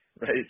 right